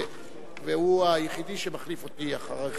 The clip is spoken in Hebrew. הוא היחיד שמחליף אותי אחרי כן,